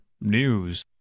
News